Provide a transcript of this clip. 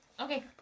Okay